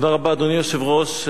אדוני היושב-ראש,